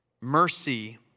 Mercy